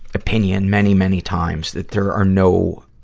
opinion many, many times, that there are no,